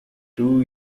two